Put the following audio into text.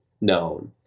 known